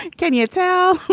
it can you tell